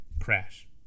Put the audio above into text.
crash